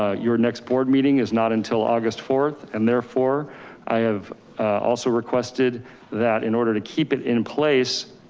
ah your next board meeting is not until august fourth. and therefore i have also requested that in order to keep it in place.